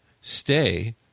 stay